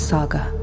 Saga